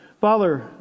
Father